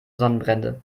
sonnenbrände